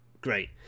Great